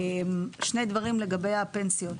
שני דברים לגבי הפנסיות.